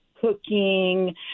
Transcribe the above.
cooking